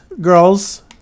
Girls